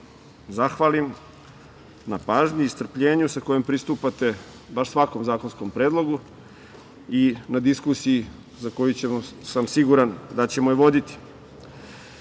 zahvalim na pažnji i strpljenju sa kojim pristupate baš svakom zakonskom predlogu i na diskusiji za koju ćemo, sam siguran, da ćemo je voditi. Želim